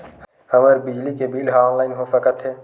हमर बिजली के बिल ह ऑनलाइन हो सकत हे?